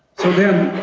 so again,